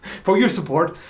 for your support.